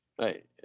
Right